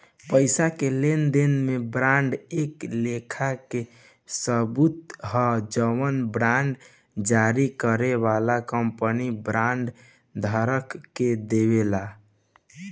पईसा के लेनदेन में बांड एक लेखा के सबूत ह जवन बांड जारी करे वाला कंपनी बांड धारक के देवेला